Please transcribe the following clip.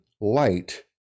light